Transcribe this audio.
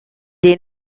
est